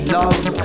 love